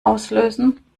auslösen